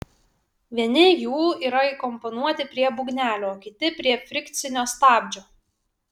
vieni jų yra įkomponuoti prie būgnelio o kiti prie frikcinio stabdžio